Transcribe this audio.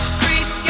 Street